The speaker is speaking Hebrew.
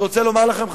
אני רוצה לומר לכם,